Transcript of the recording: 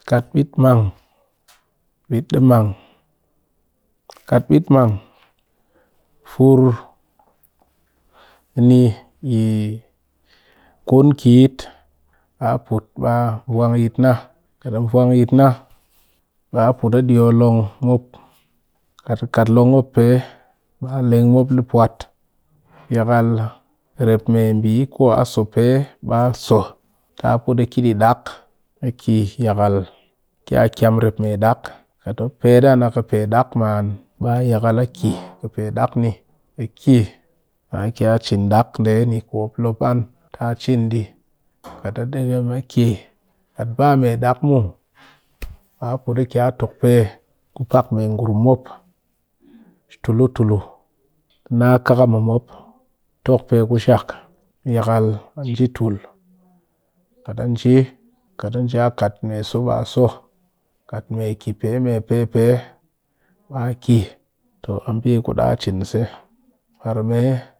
Kat bitmang kat bitman fur ni yi kun kit, ɓa a put ɓe vwang yit na, kat vwang yit na ba a put a dyo long mop kat a kat long mop pe, ba leng mop le pwat yakal kat rep me mbi kwa so pe ba so ta put a kɨ di yi dak a kɨ yakal ke kyam rep kyam rep mee dak kat mop pet an a kɨ pe dak man ba yakal ki kɨ pe dak ni, ba cin dak nde ni ku mop lop an ta cin di ba pu a ki tokpe pak me ngurum mop tulu tulu na kakam mɨ mop, tokpe koshak, yakal a nji tul kat a nji kat so ba so kat ke pe me pe pe ba a ke a mbi ku da cin se par me